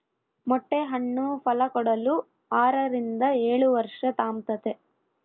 ಮೊಟ್ಟೆ ಹಣ್ಣು ಫಲಕೊಡಲು ಆರರಿಂದ ಏಳುವರ್ಷ ತಾಂಬ್ತತೆ